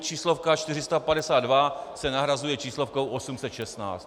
Číslovka 452 se nahrazuje číslovkou 816.